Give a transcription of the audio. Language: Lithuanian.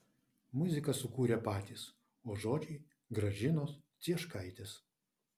muziką sukūrė patys o žodžiai gražinos cieškaitės